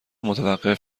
متوقف